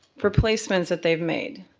for placements that they've made.